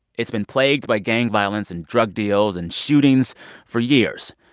it's been plagued by gang violence and drug deals and shootings for years.